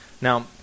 Now